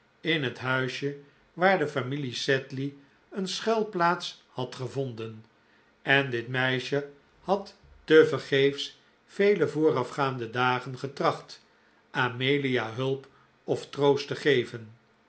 in het huisje waar de familie sedley een schuilplaats had gevonden en dit meisje had tevergeefs vele voorafgaande dagen getracht amelia hulp of troost te geven